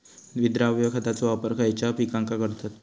विद्राव्य खताचो वापर खयच्या पिकांका करतत?